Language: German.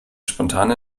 spontane